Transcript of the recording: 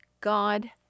God